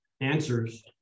answers